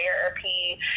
therapy